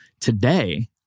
Today